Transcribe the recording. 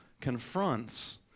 confronts